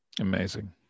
Amazing